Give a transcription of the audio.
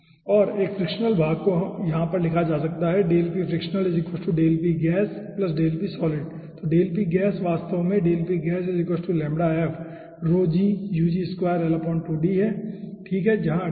और एक फ्रिक्शनल भाग को यहाँ पर लिखा जा सकता है तो वास्तव में हैठीक है जहाँ है ठीक है